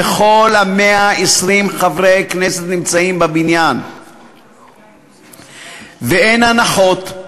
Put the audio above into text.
וכל 120 חברי הכנסת נמצאים בבניין ואין הנחות.